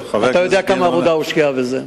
אתה יודע כמה עבודה הושקעה בזה.